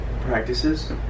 practices